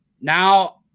Now